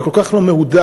וכל כך לא מהודק.